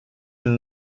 une